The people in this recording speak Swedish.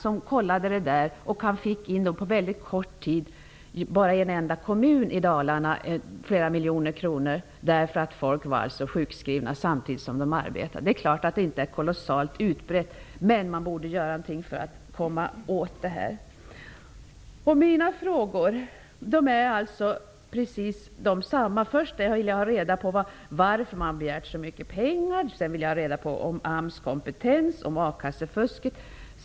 På kort tid fick man bara i en enda kommun i Dalarna in flera miljoner kronor. Det är klart att detta fusk inte är kolossalt utbrett, men man borde göra någonting för att komma åt det. Jag vill först och främst ha reda på varför man har begärt så mycket pengar. Sedan vill jag ha svar på frågorna om AMS kompetens och om akassefusket.